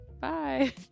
Bye